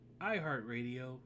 iHeartRadio